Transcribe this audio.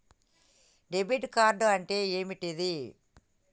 Debit card అంటే ఏంటిది?